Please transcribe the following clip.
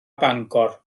bangor